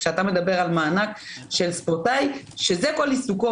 כשאתה מדבר על מענק של ספורטאי שזה כל עיסוקו,